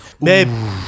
Babe